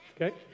Okay